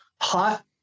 hot